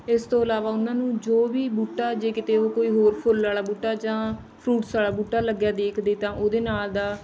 ਇਸ ਤੋਂ ਇਲਾਵਾ ਉਹਨਾਂ ਨੂੰ ਜੋ ਵੀ ਬੂਟਾ ਜੇ ਕਿਤੇ ਉਹ ਕੋਈ ਹੋਰ ਫੁੱਲ ਵਾਲਾ ਬੂਟਾ ਜਾਂ ਫਰੂਟਸ ਵਾਲਾ ਬੂਟਾ ਲੱਗਿਆ ਦੇਖਦੇ ਤਾਂ ਉਹਦੇ ਨਾਲ ਦਾ